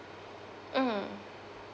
mm